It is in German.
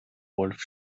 wolff